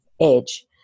edge